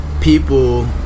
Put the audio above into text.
people